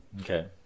Okay